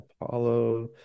Apollo